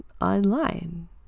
online